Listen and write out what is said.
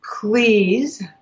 please